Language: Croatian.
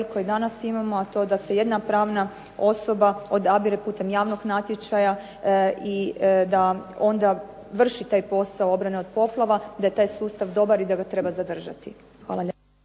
koji danas imamo, a to da se jedna pravna osoba odabire putem javnog natječaja i da onda vrši taj posao obrane od poplava, da je taj sustav dobar i da ga treba zadržati.